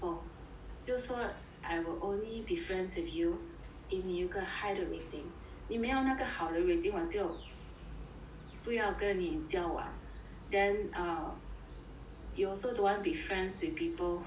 就说 I will only be friends with you if 你有一个 high 的 rating if 你没有那个好的 rating 我就不要跟你交往 then err you also don't want be friends with people who